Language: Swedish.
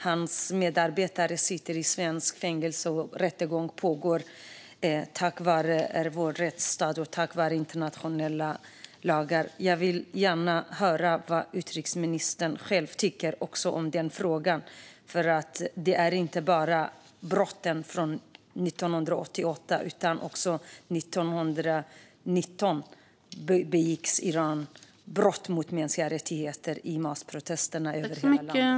Hans medarbetare sitter i svenskt fängelse, och rättegång pågår tack vare vår rättsstat och internationella lagar. Jag vill gärna höra vad utrikesministern själv tycker om den frågan. Det gäller inte bara brotten från 1988. Även 2019 begick Iran brott mot mänskliga rättigheter vid massprotesterna över hela landet.